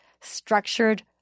structured